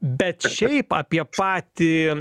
bet šiaip apie patį